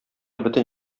бөтен